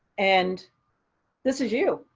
and this is you.